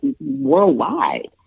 worldwide